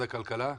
מרכז בכיר מימון,